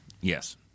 Yes